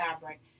fabric